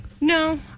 No